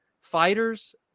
fighters